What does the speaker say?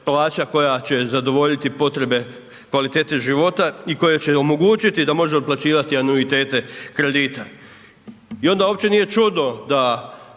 koja će zadovoljiti potrebe kvalitete života i koja će omogućiti da mogu otplaćivati anuitete kredita i onda uopće nije čudno da